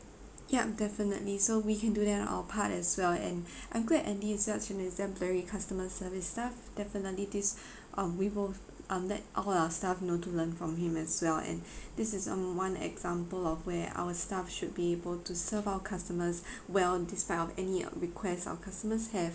yup definitely so we can do that on our part as well and I'm glad andy is such an exemplary customer service staff definitely this um we both um let all our staff know to learn from him as well and this is um one example of where our staff should be able to serve our customers well despite of any uh request our customers have